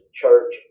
church